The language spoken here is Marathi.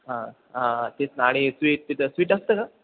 हां हां हां तेच आणि स्वीट तिथं स्वीट असतं का